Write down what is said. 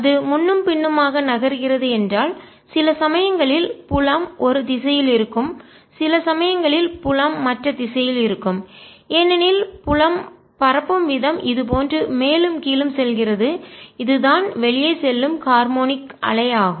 அது முன்னும் பின்னுமாக நகர்கிறது என்றால் சில சமயங்களில் புலம் ஒரு திசையில் இருக்கும் சில சமயங்களில் புலம் மற்ற திசையில் இருக்கும் ஏனெனில் புலம் பரப்பும் விதம் இது போன்று மேலும் கீழும் செல்கிறது இதுதான் வெளியே செல்லும் ஹார்மோனிக் அலை ஆகும்